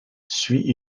suit